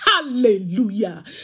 hallelujah